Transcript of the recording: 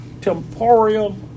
temporal